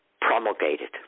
promulgated